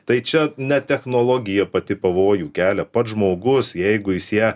tai čia ne technologija pati pavojų kelia pats žmogus jeigu jis ją